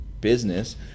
business